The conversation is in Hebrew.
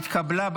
נתקבלה.